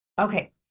Okay